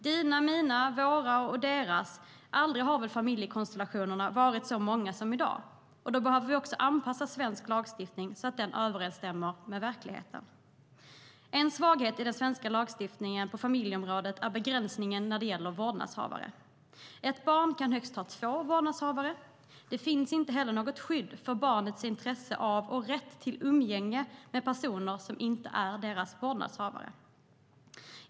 Dina, mina, våra och deras - aldrig har väl familjekonstellationerna varit så många som i dag, och då behöver vi anpassa svensk lagstiftning så att den överensstämmer med verkligheten. En svaghet i den svenska lagstiftningen på familjeområdet är begränsningen när det gäller vårdnadshavare. Ett barn kan ha högst två vårdnadshavare. Det finns inte heller något skydd för barnets intresse av och rätt till umgänge med personer som inte är dess vårdnadshavare.